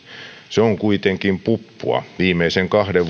se on kuitenkin puppua viimeisen kahden